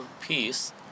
peace